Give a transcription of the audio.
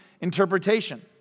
interpretation